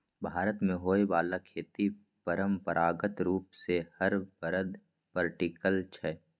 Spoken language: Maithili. भारत मे होइ बाला खेती परंपरागत रूप सँ हर बरद पर टिकल छै